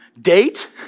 date